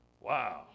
Wow